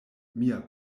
mia